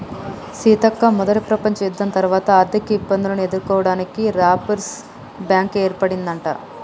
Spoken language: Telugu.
సీతక్క మొదట ప్రపంచ యుద్ధం తర్వాత ఆర్థిక ఇబ్బందులను ఎదుర్కోవడానికి రాపిర్స్ బ్యాంకు ఏర్పడిందట